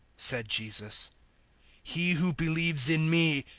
said jesus he who believes in me,